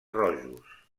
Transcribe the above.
rojos